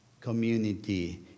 community